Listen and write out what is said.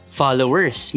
followers